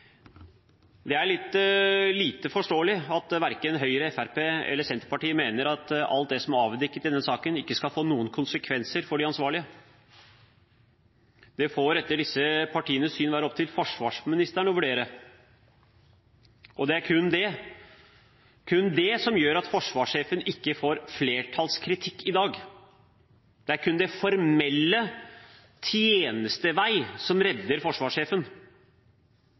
Det er litt uforståelig at verken Høyre, Fremskrittspartiet eller Senterpartiet mener at alt det som er avdekket i denne saken, ikke skal få noen konsekvenser for de ansvarlige. Det får etter disse partienes syn være opp til forsvarsministeren å vurdere. Det er kun det – kun det – som gjør at ikke forsvarssjefen får flertallskritikk i dag. Det er kun det formelle, tjenestevei, som redder forsvarssjefen.